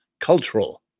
cultural